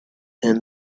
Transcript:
him